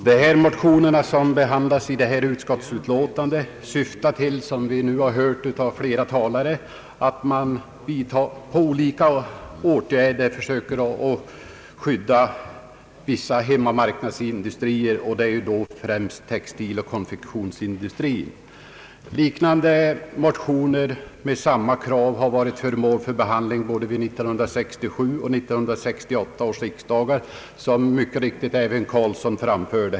Herr talman! De motioner som behandlats i detta utskottsutlåtande syftar till — som vi nu hört av flera talare — att genom olika åtgärder försöka skydda vissa hemmamarknadsindustrier, främst textiloch konfektionsindustrin. Liknande motioner med samma krav har varit föremål för behandling både vid 1967 och 1968 års riksdagar, vilket även herr Carlsson påpekat här.